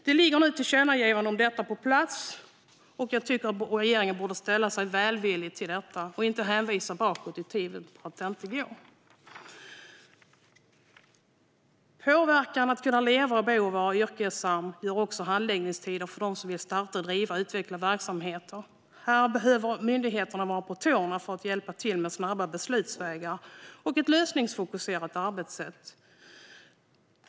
Det ligger nu ett tillkännagivande om detta på plats, och jag tycker att regeringen borde ställa sig välvillig till detta och inte hänvisa bakåt i tiden och säga att det inte går att göra detta. Handläggningstiderna för dem som vill starta, driva och utveckla verksamheter påverkar deras möjligheter att leva och bo och vara yrkesverksamma. Här behöver myndigheterna vara på tårna för att hjälpa till med snabba beslutsvägar och ett lösningsfokuserat arbetssätt.